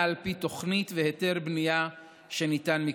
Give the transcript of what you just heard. על פי תוכנית והיתר בנייה שניתן מכוחה.